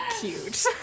cute